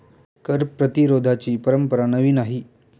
कर प्रतिरोधाची परंपरा नवी नाही